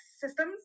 systems